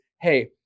Hey